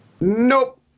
Nope